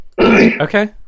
Okay